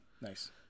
nice